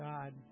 God